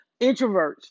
introverts